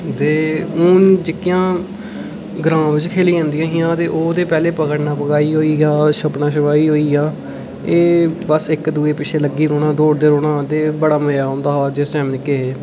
ते हून जेह्कियां ग्राऊंड च खेढी जंदियां हियां ते ओह् ते पैह्लें पकड़ना पकड़ाई होई जां छप्पन छपाई होई जां एह् बस इक दूऐ पिच्छें लग्गी रौह्ना ते दौड़दे रौह्ना ते बड़ा मजा औंदा हा जेल्लै निक्के हे